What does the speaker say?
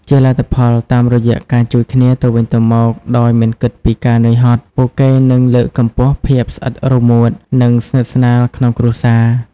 ជាលទ្ធផល តាមរយៈការជួយគ្នាទៅវិញទៅមកដោយមិនគិតពីការនឿយហត់ ពួកគេនឹង លើកកម្ពស់ភាពស្អិតរមួត និងស្និតស្នាលក្នុងគ្រួសារ។